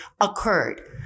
occurred